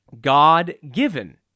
God-given